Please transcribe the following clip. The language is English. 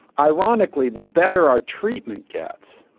ironically the better our treatment gets,